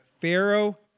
Pharaoh